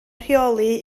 rheoli